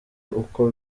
uko